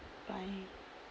bye